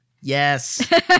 Yes